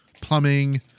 plumbing